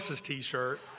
t-shirt